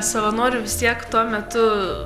savanorių vis tiek tuo metu